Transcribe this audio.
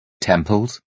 temples